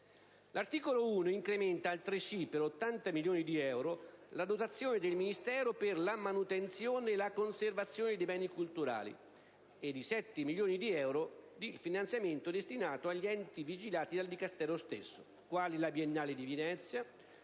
L'articolo 1 incrementa altresì per 80 milioni di euro la dotazione del Ministero per la manutenzione e la conservazione dei beni culturali e di 7 milioni di euro il finanziamento destinato agli enti vigilati dal Dicastero stesso, quali la Biennale di Venezia,